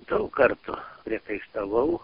daug kartų priekaištavau